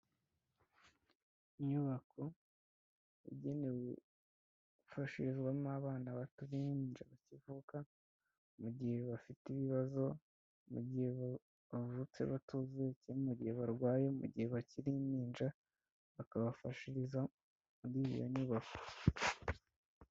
Inyubako yagenewe gufashirizwamo abana bato b'impija bakivuka, mu gihe bafite ibibazo mu gihe bavutse batuzuye cyangwa mu gihe barwaye, mu gihe bakiri impinja bakabafashiriza muri iyo nyubako.